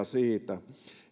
siitä